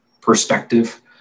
perspective